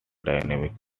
dynamics